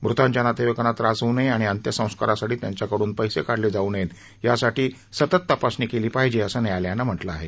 मृतांच्या नातेवाईकांना त्रास होऊ नये आणि अंत्यसंस्कारासाठी त्यांच्याकडून पैसे काढले जाऊ नयेत यासाठी सतत तपासणी केली पाहिजे असं न्यायालयानं म्हटलं आहे